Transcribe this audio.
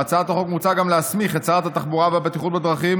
בהצעת החוק מוצע גם להסמיך את שרת התחבורה והבטיחות בדרכים